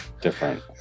different